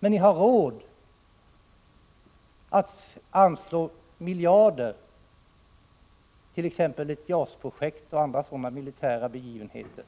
Men ni har råd att anslå miljarder för t.ex. JAS-projekt och andra sådana militära begivenheter.